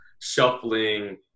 shuffling